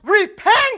repent